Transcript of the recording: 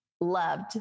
loved